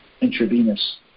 intravenous